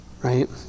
Right